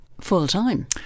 full-time